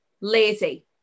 Lazy